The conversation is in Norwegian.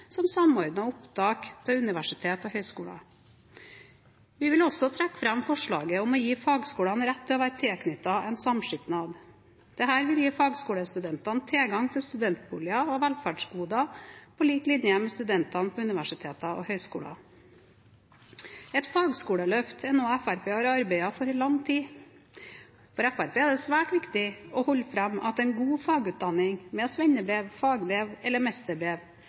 som samordnet opptak til universiteter og høyskoler. Vi vil også trekke fram forslaget om å gi fagskolene rett til å være tilknyttet en samskipnad. Dette vil gi fagskolestudentene tilgang til studentboliger og velferdsgoder på lik linje med studenter på universiteter og høyskoler. Et fagskoleløft er noe Fremskrittspartiet har arbeidet for i lang tid. For Fremskrittspartiet er det svært viktig å holde fram at en god fagutdanning, med svennebrev, fagbrev eller mesterbrev,